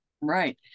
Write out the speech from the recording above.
Right